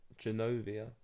Genovia